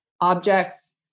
objects